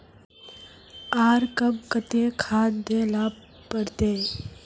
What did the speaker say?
आर कब केते खाद दे ला पड़तऐ?